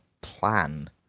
plan